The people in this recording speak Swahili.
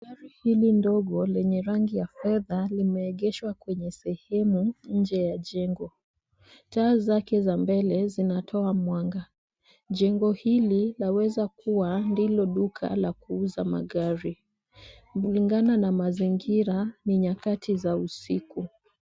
Gari hili ndogo lenye rangi ya fedha limeegeshwa kwenye sehemu nje ya jengo. Taa zake za mbele zinatoa mwanga, jengo hili laweza kua ndilo duka la kuuza magari. Kulingana na mazingira ni nyakati za usiku.